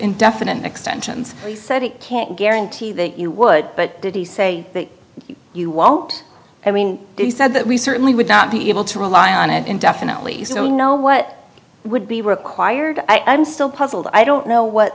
indefinite extensions he said he can't guarantee that you would but did he say that you won't i mean he said that we certainly would not be able to rely on it indefinitely don't know what would be required i'm still puzzled i don't